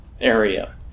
area